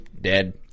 dead